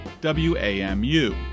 WAMU